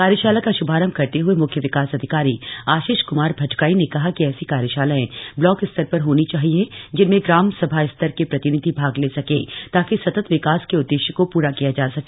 कार्याशाला का श्भारम्भ करते हए म्ख्य विकास अधिकारी आशीष क्मार भटगाई ने कहा कि ऐसी कार्याशालाएं ब्लाक स्तर पर होनी चाहिए जिनमें ग्राम सभा स्तर के प्रतिनिधि भाग ले सकें ताकि सतत विकास के उद्देश्य को पूरा किया जा सके